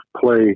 play